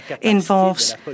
involves